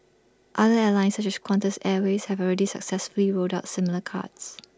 other airlines such as Qantas airways have already successfully rolled out similar cards